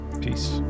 Peace